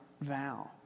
vow